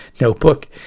notebook